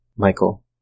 Michael